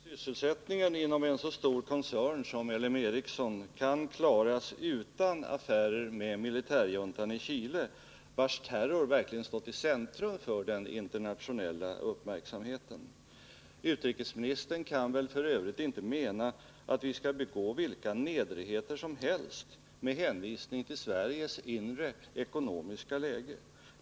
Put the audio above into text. Herr talman! Sysselsättningen inom en så stor koncern som L M Ericsson kan klaras utan affärer med militärjuntan i Chile, vars terror verkligen stått i centrum för den internationella uppmärksamheten. Utrikesministern kan väl f. ö. inte mena att vi skall begå vilka nedrigheter som helst med hänvisning till Sveriges inre ekonomiska läge.